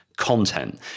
content